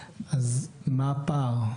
אז מה הפער?